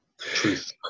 Truth